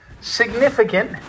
significant